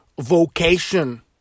vocation